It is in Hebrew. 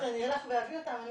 אני אלך ואביא אותם.